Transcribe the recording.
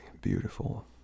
beautiful